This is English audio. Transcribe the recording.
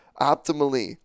optimally